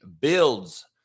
Builds